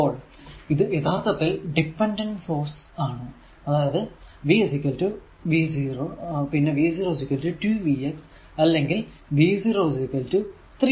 അപ്പോൾ ഇത് യഥാർത്ഥത്തിൽ ഡിപെൻഡഡ് സോഴ്സ് ആണ് അതായത് r v r v 0 പിന്നെ v 0 2 v x അല്ലെങ്കിൽ v 0 3 i x